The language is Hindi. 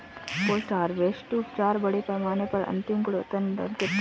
पोस्ट हार्वेस्ट उपचार बड़े पैमाने पर अंतिम गुणवत्ता निर्धारित करता है